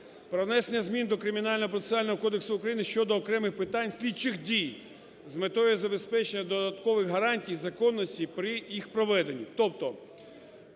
про внесення змін до Кримінального процесуального кодексу України щодо окремих питань слідчих дій з метою забезпечення додаткових гарантій законності при їх проведенні.